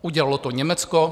Udělalo to Německo.